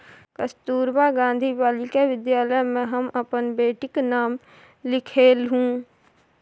कस्तूरबा गांधी बालिका विद्यालय मे हम अपन बेटीक नाम लिखेलहुँ